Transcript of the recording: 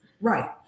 right